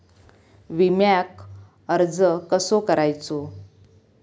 विम्याक अर्ज कसो करायचो?